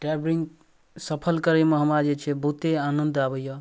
travelling सफर करैमे हमरा जे छै बहुते आनन्द आबैए